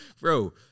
bro